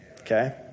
Okay